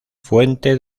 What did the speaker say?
fuente